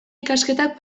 ikasketak